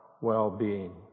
well-being